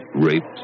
raped